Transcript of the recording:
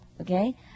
okay